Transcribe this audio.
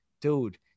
dude